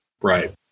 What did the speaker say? Right